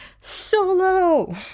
solo